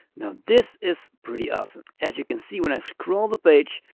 now this is pretty awesome! as you can see, when i scroll the page,